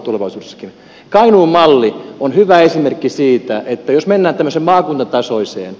kainuun malli on hyvä esimerkki siitä jos mennään tämmöiseen maakuntatasoiseen